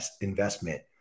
investment